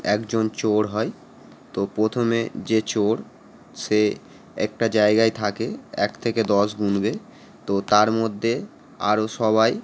একজন চোর হয় তো প্রথমে যে চোর সে একটা জায়গায় থাকে এক থেকে দশ গুনবে তো তার মধ্যে আরও সবাই